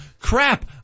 crap